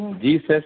Jesus